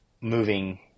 moving